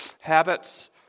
habits